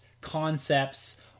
concepts